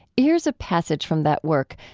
here's a passage from that work,